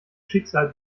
schicksal